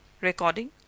Recording